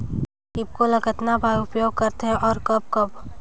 ईफको ल कतना बर उपयोग करथे और कब कब?